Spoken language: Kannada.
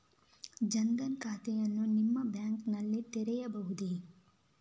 ಜನ ದನ್ ಖಾತೆಯನ್ನು ನಿಮ್ಮ ಬ್ಯಾಂಕ್ ನಲ್ಲಿ ತೆರೆಯಬಹುದೇ?